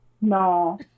No